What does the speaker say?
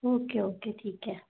okay okay ठीक है